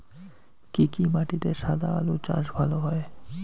কি কি মাটিতে সাদা আলু চাষ ভালো হয়?